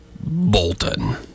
Bolton